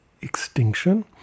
extinction